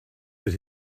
that